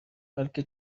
بلکه